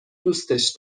دوستش